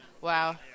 Wow